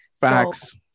Facts